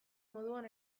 moduan